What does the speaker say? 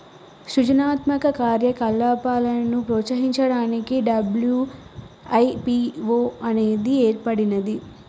సృజనాత్మక కార్యకలాపాలను ప్రోత్సహించడానికి డబ్ల్యూ.ఐ.పీ.వో అనేది ఏర్పడినాది